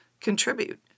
contribute